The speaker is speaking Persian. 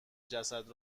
جسد